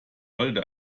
wollte